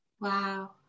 Wow